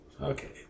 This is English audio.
Okay